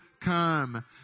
come